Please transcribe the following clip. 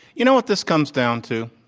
you know what this comes down to?